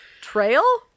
Trail